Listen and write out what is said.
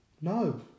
No